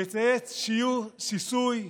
ויצייץ שיסוי,